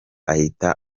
ahita